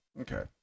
Okay